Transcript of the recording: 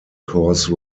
course